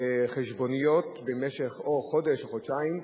ונותנות חשבוניות כל חודש או חודשיים,